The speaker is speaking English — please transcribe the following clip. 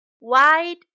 Wide